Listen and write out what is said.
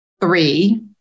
three